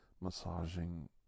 massaging